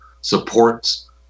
supports